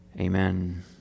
Amen